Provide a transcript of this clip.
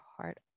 heart